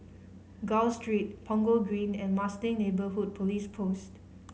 Gul Street Punggol Green and Marsiling Neighbourhood Police Post